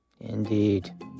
Indeed